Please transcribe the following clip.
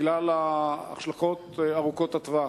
בגלל ההשלכות ארוכות הטווח.